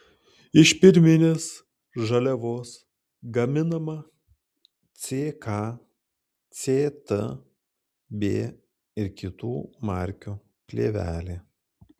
iš pirminės žaliavos gaminama ck ct b ir kitų markių plėvelė